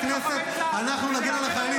הפריע לך,